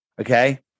okay